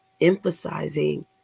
emphasizing